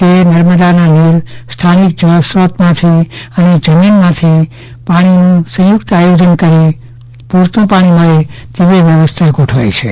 તે નર્મદાના નીર સ્થાનિક જળ સ્રોતમાંથી અને જમીનમાંથી પાણીનું સંયુક્ત આયોજનકરી પુરતુ પાણી મળે તેવી વ્યવસ્થા ગોઠવાઈ છે